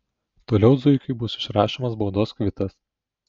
toliau zuikiui bus išrašomas baudos kvitas